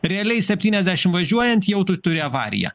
realiai septyniasdešim važiuojant jau tu turi avariją